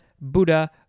buddha